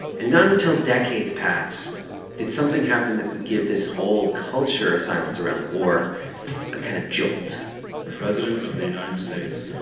and not until decades past did something happen that would give this whole culture of silence around the war a kind of jolt the president of the united states.